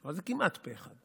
אבל זה כמעט פה אחד.